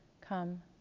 come